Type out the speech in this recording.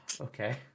Okay